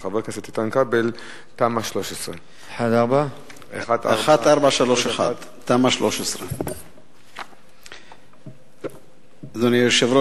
של חבר הכנסת איתן כבל: תמ"א 13. אדוני היושב-ראש,